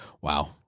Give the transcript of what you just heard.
wow